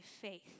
faith